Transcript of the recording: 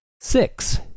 six